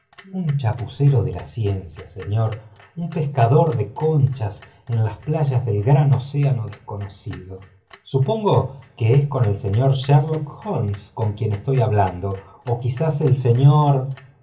un chapucero de la ciencia señor un pescador de conchas en las playas del grai océano desconocido supongo que es con el señor sherlock holmes con quien estoy hablando ó quizá el señor